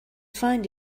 find